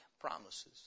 promises